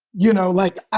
you know, like, ah